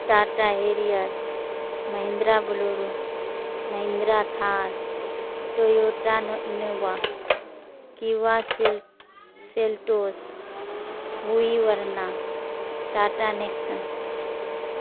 Tata Harrier Mahindra Bolero Mahindra Thar Toyota Innova Kia سیل Seltos ہوئی Verna Tata Nexon